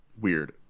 weird